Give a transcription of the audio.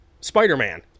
Spider-Man